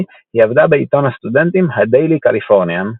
היא עבדה בעיתון הסטודנטים "הדיילי קליפורניאן".